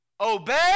obey